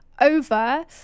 over